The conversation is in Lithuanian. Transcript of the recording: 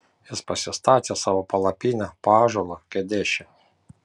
jis pasistatė savo palapinę po ąžuolu kedeše